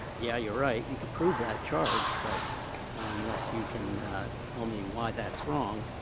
yeah, you're right, you can prove that charge but unless you can tell me why that's wrong,